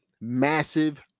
massive